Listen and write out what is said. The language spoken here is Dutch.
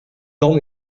dan